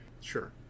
Sure